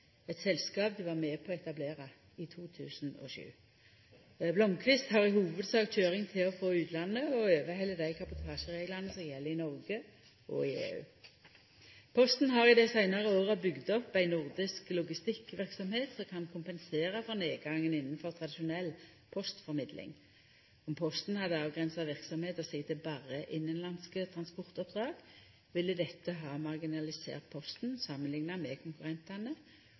eit selskap dei var med på å etablera i 2007. Blomquist har i hovudsak køyring til og frå utlandet og overheld dei kabotasjereglane som gjeld i Norge og i EU. Posten har i dei seinare åra bygd opp ei nordisk logistikkverksemd som kan kompensera for nedgangen innanfor tradisjonell postformidling. Om Posten hadde avgrensa verksemda si til berre innanlandske transportoppdrag, ville dette ha marginalisert Posten samanlikna med